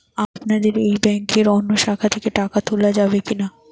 আপনাদের এই ব্যাংকের অন্য শাখা থেকে টাকা তোলা যাবে কি না?